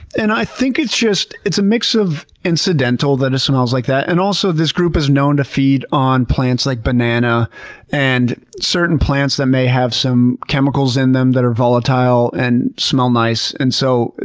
and i think it's just, it's a mix of incidental that it smells like that. and also this group is known to feed on plants like banana and certain plants that may have some chemicals in them that are volatile and smell nice. and so,